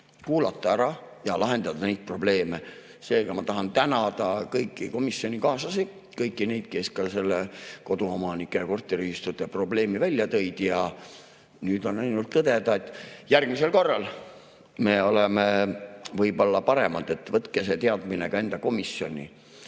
kuulata ära ja lahendada neid probleeme. Seega ma tahan tänada kõiki komisjonikaaslasi, ka kõiki neid, kes koduomanike ja korteriühistute probleemi välja tõid. Nüüd on ainult tõdeda, et järgmisel korral me oleme võib-olla paremad. Võtke see teadmine ka enda komisjoni.